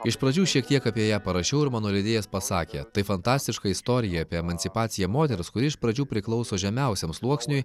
iš pradžių šiek tiek apie ją parašiau ir mano leidėjas pasakė tai fantastiška istorija apie emancipaciją moters kuri iš pradžių priklauso žemiausiam sluoksniui